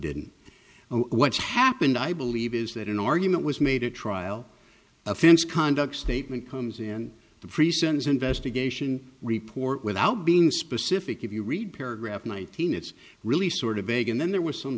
know what's happened i believe is that an argument was made at trial offense conduct statement comes in the pre sentence investigation report without being specific if you read paragraph nineteen it's really sort of vague and then there were some